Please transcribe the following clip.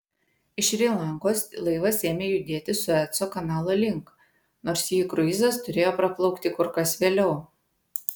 iš šri lankos laivas ėmė judėti sueco kanalo link nors jį kruizas turėjo praplaukti kur kas vėliau